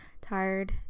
tired